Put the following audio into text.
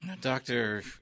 Doctor